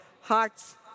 Hearts